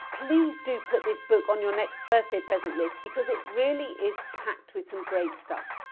please do put this book on your next birthday present list because it really is packed with some great stuff!